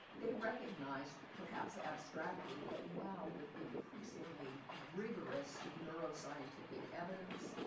they recognized, perhaps ah abstractly, but now with increasingly rigorous neuro-scientific evidence,